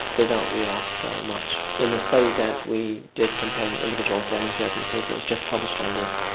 they don't relapse very much. in the study that we did comparing individual and family therapy, a paper was just published on this,